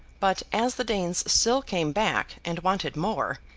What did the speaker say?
but, as the danes still came back and wanted more,